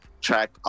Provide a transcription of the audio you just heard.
track